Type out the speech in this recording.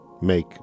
make